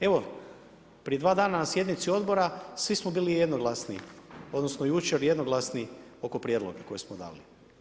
Evo prije dva dana na sjednici odbora svi smo bili jednoglasni, odnosno jučer jednoglasni oko prijedloga kojeg smo dali.